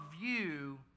view